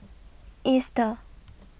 Easter